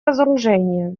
разоружения